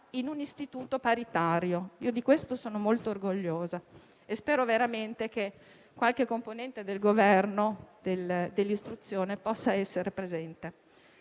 in un istituto paritario. Ne sono molto fiera e spero veramente che qualche componente del Ministero dell'istruzione possa essere presente.